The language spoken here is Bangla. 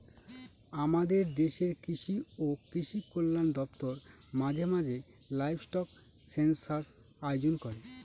আমাদের দেশের কৃষি ও কৃষি কল্যাণ দপ্তর মাঝে মাঝে লাইভস্টক সেনসাস আয়োজন করে